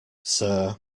sir